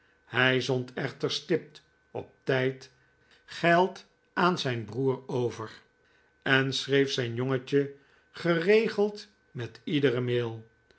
hij zond echter stipt op tijd geld aan zijnbroer over en schreef zijn jongetje geregeld met iedere mail